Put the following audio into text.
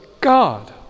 God